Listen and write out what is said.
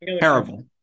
terrible